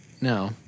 No